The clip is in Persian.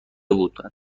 بودند